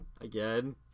Again